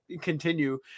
continue